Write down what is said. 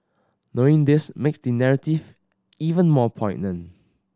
knowing this makes the narrative even more poignant